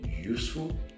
useful